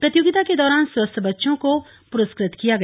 प्रतियोगिता के दौरान स्वस्थ बच्चों को को पुरस्कृत किया गया